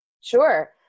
Sure